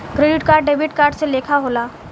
credit card debit card के लेखा होला